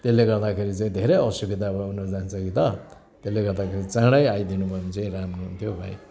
त्यसले गर्दाखेरि चाहिँ धेरै असुविधा हुन जान्छ कि त त्यसले गर्दाखेरि चाँडै आइदिनु भयो भने चाहिँ राम्रो हुन्थ्यो भाइ